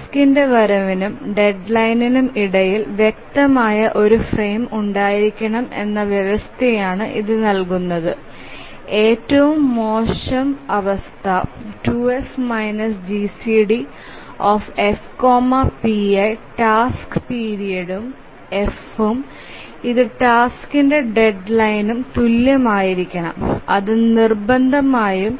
ടാസ്കിന്റെ വരവിനും ഡെഡ്ലൈനിനും ഇടയിൽ വ്യക്തമായ ഒരു ഫ്രെയിം ഉണ്ടായിരിക്കണം എന്ന വ്യവസ്ഥയാണ് ഇതു നൽകുന്നതു ഏറ്റവും മോശം അവസ്ഥ 2F GCDfpi ടാസ്ക് പിരീഡും fഉം ഇത് ടാസ്ക്കിന്റെ ഡെഡ്ലൈനിനു തുല്യമായിരിക്കണം അത് നിർബന്ധമായും